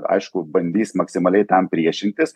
aišku bandys maksimaliai tam priešintis